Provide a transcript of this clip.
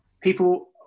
People